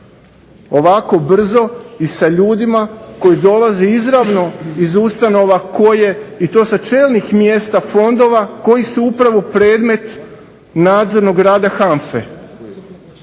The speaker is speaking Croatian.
Ovako brzo i sa ljudima koji dolaze izravno iz ustanova koje i to sa čelnih mjesta fondova koji su upravo predmet nadzornog rada HANFA-e.